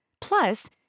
plus